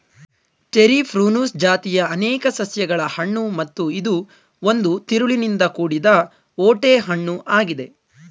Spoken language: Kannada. ಚೆರಿ ಪ್ರೂನುಸ್ ಜಾತಿಯ ಅನೇಕ ಸಸ್ಯಗಳ ಹಣ್ಣು ಮತ್ತು ಇದು ಒಂದು ತಿರುಳಿನಿಂದ ಕೂಡಿದ ಓಟೆ ಹಣ್ಣು ಆಗಿದೆ